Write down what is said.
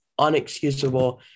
unexcusable